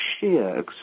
sheer